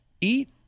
eat